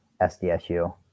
SDSU